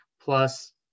plus